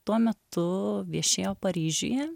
tuo metu viešėjo paryžiuje